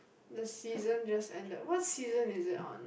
the season just ended what season is it on